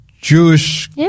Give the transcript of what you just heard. Jewish